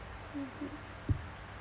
mmhmm